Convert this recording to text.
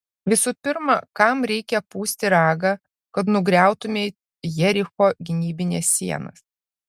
visų pirma kam reikia pūsti ragą kad nugriautumei jericho gynybines sienas